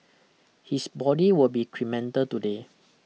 his body will be cremated today